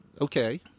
okay